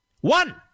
one